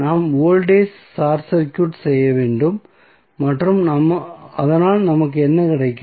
நாம் வோல்டேஜ் ஐ short circuit செய்ய வேண்டும் அதனால் நமக்கு என்ன கிடைக்கும்